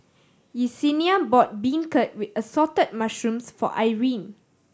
Yessenia bought beancurd with Assorted Mushrooms for Irine